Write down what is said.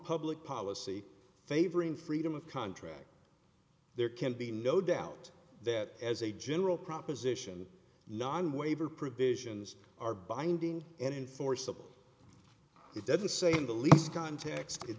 public policy favoring freedom of contract there can be no doubt that as a general proposition non waiver provisions are binding enforceable it doesn't say in the least context it